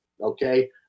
okay